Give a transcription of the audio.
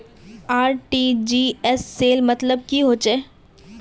RTGS cell मतलब की होचए?